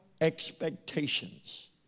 expectations